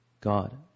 God